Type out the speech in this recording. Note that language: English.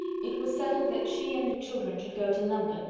it was settled that she and the children should go to london,